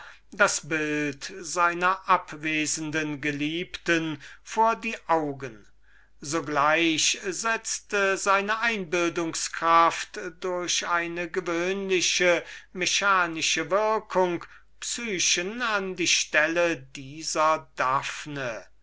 das bild seiner abwesenden geliebten vor die augen seine einbildungskraft setzte durch eine gewöhnliche mechanische würkung psyche an die stelle dieser